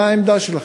מה העמדה שלכם?